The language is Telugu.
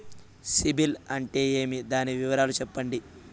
సిబిల్ అంటే ఏమి? దాని వివరాలు సెప్పండి?